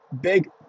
big